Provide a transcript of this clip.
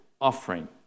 offering